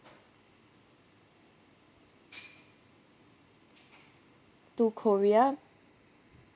to korea